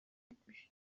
yetmiş